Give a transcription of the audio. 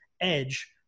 edge